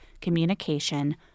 communication